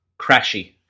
crashy